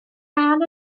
gân